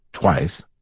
twice